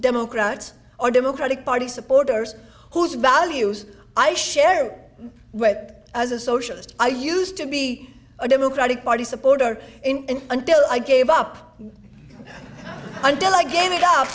democrats or democratic party supporters whose values i share but as a socialist i used to be a democratic party supporter in until i gave up until i gave it up